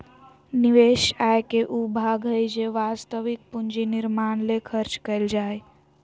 निवेश आय के उ भाग हइ जे वास्तविक पूंजी निर्माण ले खर्च कइल जा हइ